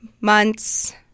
months